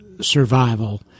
survival